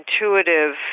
intuitive